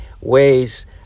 ways